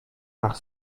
nach